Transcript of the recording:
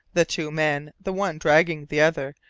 the two men, the one dragging the other,